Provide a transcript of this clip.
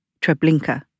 Treblinka